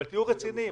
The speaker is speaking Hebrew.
אבל תהיו רציניים.